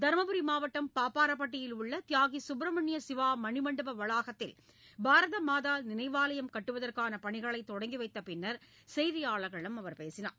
தர்மபுரி மாவட்டம் பாப்பாரப்பட்டியில் உள்ள தியாகி சுப்பிரமணிய சிவா மணிமண்டப வளாகத்தில் பாரத மாதா நினைவாலயம் கட்டுவதற்கான பணிகளை தொடங்கி வைத்த பின்னர் செய்தியாளர்களிடம் அவர் பேசினார்